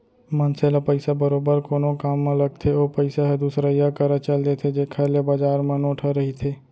मनसे ल पइसा बरोबर कोनो काम म लगथे ओ पइसा ह दुसरइया करा चल देथे जेखर ले बजार म नोट ह रहिथे